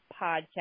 podcast